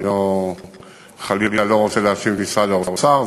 אני חלילה לא רוצה להאשים את משרד האוצר.